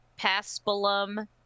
paspalum